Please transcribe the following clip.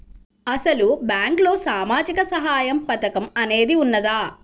అసలు బ్యాంక్లో సామాజిక సహాయం పథకం అనేది వున్నదా?